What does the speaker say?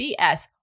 BS